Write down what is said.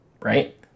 right